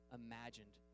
imagined